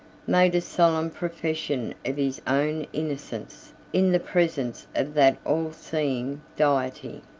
made a solemn profession of his own innocence, in the presence of that all-seeing deity.